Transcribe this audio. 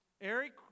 Eric